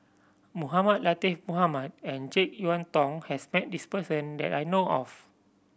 Mohamed Latiff Mohamed and Jek Yeun Thong has met this person that I know of